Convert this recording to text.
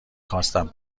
خواستم